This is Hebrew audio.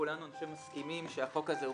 כולנו אני חושב מסכימים שהחוק הזה הוא